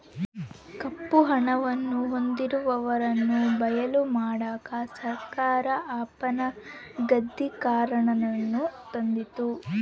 ಕಪ್ಪು ಹಣವನ್ನು ಹೊಂದಿರುವವರನ್ನು ಬಯಲು ಮಾಡಕ ಸರ್ಕಾರ ಅಪನಗದೀಕರಣನಾನ ತಂದಿತು